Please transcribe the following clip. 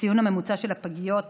בציון הממוצע של הפגיות,